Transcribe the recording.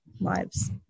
lives